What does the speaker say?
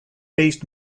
based